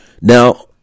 Now